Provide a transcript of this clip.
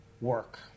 work